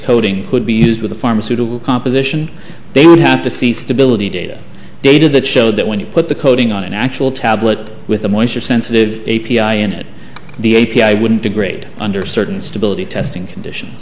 coating could be used with a pharmaceutical composition they would have to see stability data data that showed that when you put the coating on an actual tablet with a moisture sensitive a p i in it the a p i wouldn't degrade under certain stability testing condition